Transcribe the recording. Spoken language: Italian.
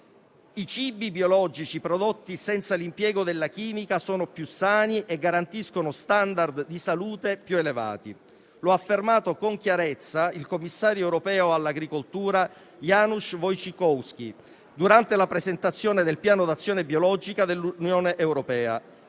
I cibi biologici prodotti senza l'impiego della chimica sono più sani e garantiscono *standard* di salute più elevati. Lo ha affermato con chiarezza il commissario europeo all'agricoltura Janusz Wojciechowski durante la presentazione del Piano d'azione biologica dell'Unione europea,